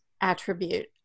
attribute